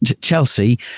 Chelsea